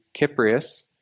Cyprius